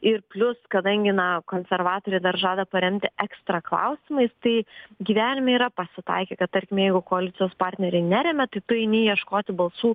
ir plius kadangi na konservatoriai dar žada paremti ekstraklausimais tai gyvenime yra pasitaikę kad tarkim jeigu koalicijos partneriai neremia tai tu eini ieškoti balsų